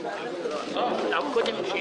10:25.